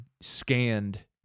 scanned